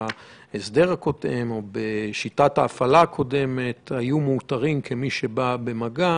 שבהסדר הקודם או בשיטת ההפעלה הקודמת היו מאותרים כמי שבאו במגע,